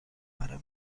برای